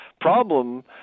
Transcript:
problem